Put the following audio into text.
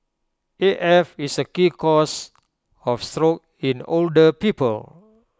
A F is A key cause of stroke in older people